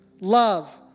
love